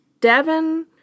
Devin